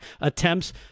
attempts